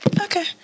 Okay